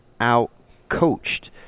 outcoached